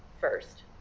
first